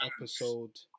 episode